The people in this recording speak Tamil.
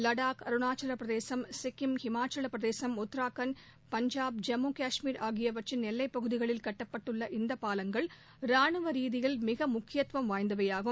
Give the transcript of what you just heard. லடாக் அருணாச்சல பிரதேசம் சிக்கிம் இமாச்சல பிரதேசம் உத்ரகாண்ட் பங்காப் ஜம்மு கஷ்மீர் ஆகியவற்றின் எல்லைப்பகுதிகளில் கட்டப்பட்டுள்ள இந்த பாலங்கள் ராணுவ ரிதியில் மிகவும் முக்கியத்துவம் வாய்ந்தவையாகும்